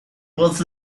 was